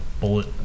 bullet